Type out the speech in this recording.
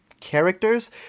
characters